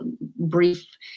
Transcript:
brief